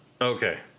Okay